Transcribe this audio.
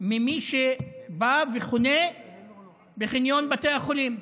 ממי שבא וחונה בחניון בתי החולים.